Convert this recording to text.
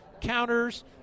counters